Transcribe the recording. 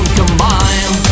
combine